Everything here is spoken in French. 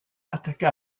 attaqua